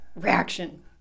reaction